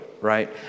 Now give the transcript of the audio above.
right